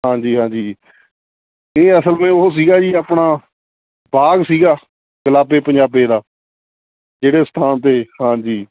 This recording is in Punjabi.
ਹਾਂਜੀ ਹਾਂਜੀ ਇਹ ਅਸਲ ਨੇ ਉਹ ਸੀਗਾ ਜੀ ਆਪਣਾ ਬਾਗ ਸੀਗਾ ਗੁਲਾਬੇ ਪੰਜਾਬੇ ਦਾ ਜਿਹੜੇ ਸਥਾਨ 'ਤੇ ਹਾਂਜੀ